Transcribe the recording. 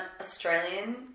Australian